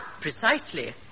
precisely